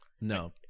No